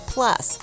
Plus